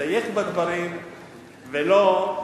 לדייק בדברים ולא,